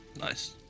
nice